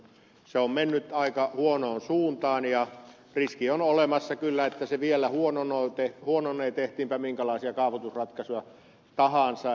se on mennyt aika huonoon suuntaan ja riski on olemassa kyllä että se vielä huononee tehtiinpä minkälaisia kaavoitusratkaisuja tahansa